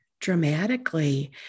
dramatically